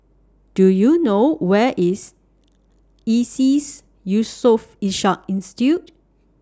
Do YOU know Where IS ISEAS Yusof Ishak Institute